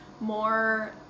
more